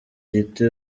gito